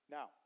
Now